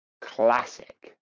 classic